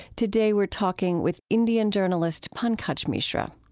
today, we're talking with indian journalist pankaj mishra.